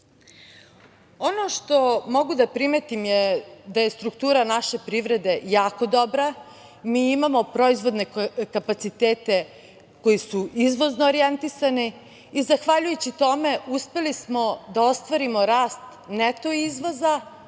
što mogu da primetim je da je struktura naše privrede jako dobra. Mi imamo proizvodne kapacitete koji su izvozno orjentisani i zahvaljujući tome uspeli smo da ostvarimo rast neto izvoza,